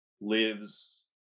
lives